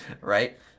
right